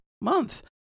month